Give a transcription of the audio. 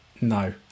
no